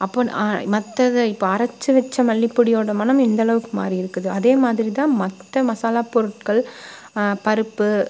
அப்போது நான் மற்றத இப்போ அரைச்சி வெச்ச மல்லிப்பொடியோட மணம் இந்தளவுக்கு மாறி இருக்குது அதே மாதிரி தான் மற்ற மசாலா பொருட்கள் பருப்பு